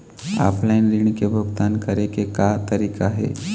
Offline ऋण के भुगतान करे के का तरीका हे?